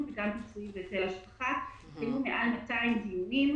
וגם פיצויים להיטל השבחה היו מעל 200 דיונים.